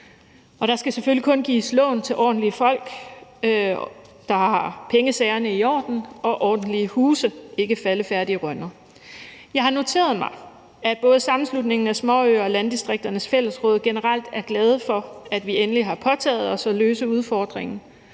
der skal selvfølgelig kun gives lån til ordentlige folk, der har pengesagerne i orden og ordentlige huse, ikke faldefærdige rønner. Jeg har noteret mig, at både Sammenslutningen af Danske Småøer og Landdistrikternes Fællesråd generelt er glade for, at vi endelig har påtaget os at løse udfordringen.